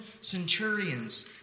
centurions